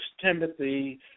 Timothy